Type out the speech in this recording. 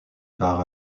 part